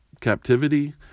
captivity